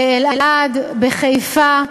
באלעד, בחיפה,